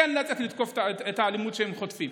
כן לצאת ולתקוף את האלימות שהם חוטפים,